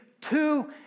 two